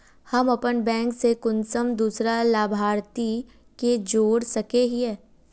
हम अपन बैंक से कुंसम दूसरा लाभारती के जोड़ सके हिय?